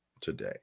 today